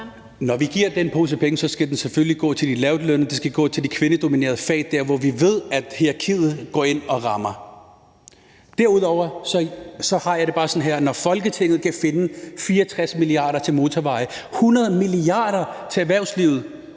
Når vi giver den pose penge, skal den selvfølgelig gå til de lavtlønnede, til de kvindedominerede fag, der, hvor vi ved at hierarkiet går ind og rammer. Derudover har jeg det bare sådan, at når Folketinget kan finde 64 mia. kr. til motorveje og 100 mia. kr. til erhvervslivet,